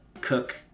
cook